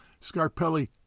Scarpelli